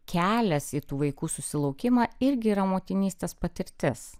kelias į tų vaikų susilaukimą irgi yra motinystės patirtis